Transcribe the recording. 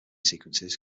sequences